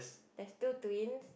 there's two twins